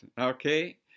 okay